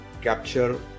capture